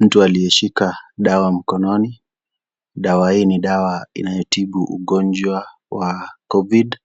Mtu aliyeshika dawa mkononi, dawa hii ni dawa inayotibu ugonjwa wa covid.